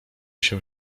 się